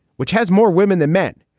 which has more women than men,